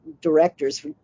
directors